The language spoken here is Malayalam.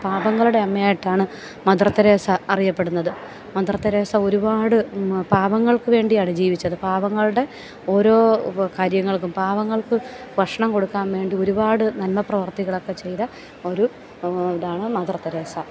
പാവങ്ങളുടെ അമ്മയായിട്ടാണ് മദർ തെരേസ അറിയപ്പെടുന്നത് മദർ തെരേസ ഒരുപാട് പാവങ്ങൾക്ക് വേണ്ടിയാണ് ജീവിച്ചത് പാവങ്ങളുടെ ഓരോ കാര്യങ്ങൾക്കും പാവങ്ങൾക്ക് ഭക്ഷണം കൊടുക്കാൻ വേണ്ടി ഒരുപാട് നല്ല പ്രവർത്തികളൊക്കെ ചെയ്ത് ഒരു ഇതാണ് മദർ തെരേസ